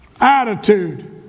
attitude